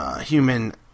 human